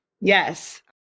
Yes